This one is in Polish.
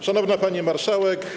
Szanowna Pani Marszałek!